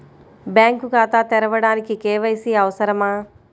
Bank ఖాతా తెరవడానికి KYC అవసరమా?